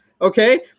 Okay